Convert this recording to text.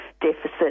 deficit